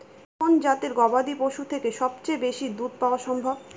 কোন জাতের গবাদী পশু থেকে সবচেয়ে বেশি দুধ পাওয়া সম্ভব?